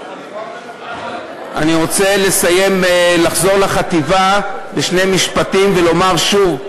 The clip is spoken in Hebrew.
אני רוצה לחזור לחטיבה בשני משפטים ולומר שוב: